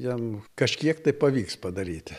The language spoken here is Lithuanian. jam kažkiek tai pavyks padaryti